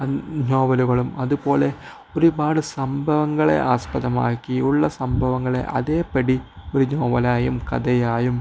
നോവലുകളും അതുപോലെ ഒരുപാട് സംഭവങ്ങളെ ആസ്പദമാക്കി ഉള്ള സംഭവങ്ങളെ അതേപടി ഒരു നോവലായും കഥയായും